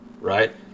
right